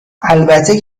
البته